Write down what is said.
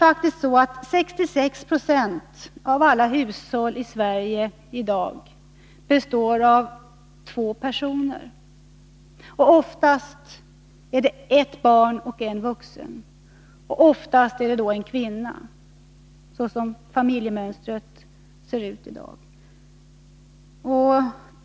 Faktum är att 66 20 av alla hushåll i Sverige i dag består av två personer. Oftast är det ett barn och en vuxen, och i allmänhet är den vuxna då en kvinna. Så ser familjemönstret ut i dag.